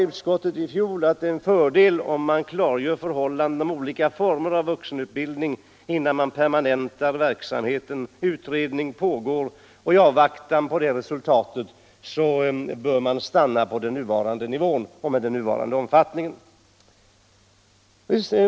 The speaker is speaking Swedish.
Utskottet sade i fjol att det är en fördel att klargöra de olika formerna för vuxenutbildning innan man permanentar verksamheten. Utredning pågår, och i avvaktan på resultatet av den bör man stanna på nuvarande nivå och omfattning.